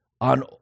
on